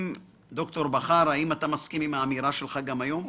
ד"ר בכר, האם אתה מסכים עם האמירה שלך גם היום?